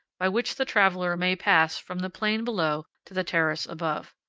by which the traveler may pass from the plain below to the terrace above.